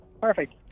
Perfect